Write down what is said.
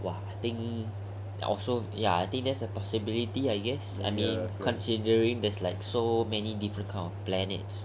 !wah! I think also ya there's a possibility I guess I mean considering theres like so many different kinds of planets